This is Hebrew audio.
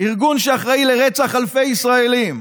ארגון שאחראי לרצח אלפי ישראלים,